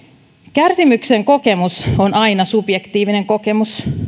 kärsimyksen kokemus on aina subjektiivinen kokemus